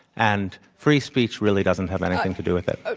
and free speech really doesn't have anything to do with it.